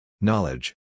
Knowledge